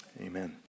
Amen